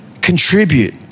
contribute